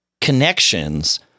connections